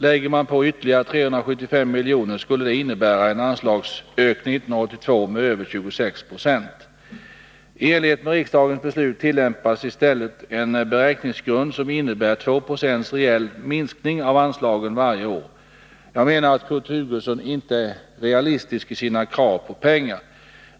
Lägger man på ytterligare 375 milj.kr., skulle det innebära en anslagsökning 1982 med över 26 90! I enlighet med riksdagens beslut tillämpas i stället en beräkningsgrund som innebär 2 96 reell minskning av anslagen varje år. Jag menar att Kurt Hugosson inte är realistisk i sina krav på pengar.